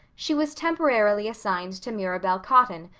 she was temporarily assigned to mirabel cotton,